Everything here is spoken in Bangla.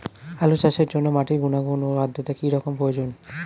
আলু চাষের জন্য মাটির গুণাগুণ ও আদ্রতা কী রকম প্রয়োজন?